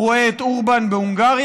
הוא רואה את אורבן בהונגריה,